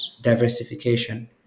diversification